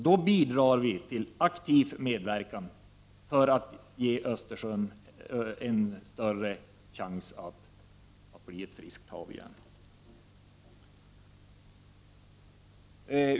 Då bidrar vi till aktiv medverkan för att ge Östersjön en större chans att bli ett friskt hav igen.